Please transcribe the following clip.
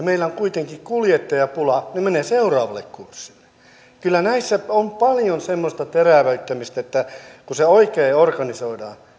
meillä on kuitenkin kuljettajapula ne menevät seuraavalle kurssille kyllä näissä on paljon semmoista terävöittämistä että kun se oikein organisoidaan